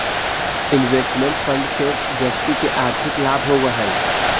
investment fund से व्यक्ति के आर्थिक लाभ होवऽ हई